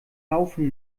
laufen